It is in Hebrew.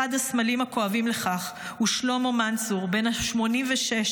אחד הסמלים הכואבים לכך הוא שלמה מנצור בן ה-86,